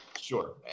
Sure